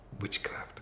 Witchcraft